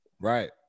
Right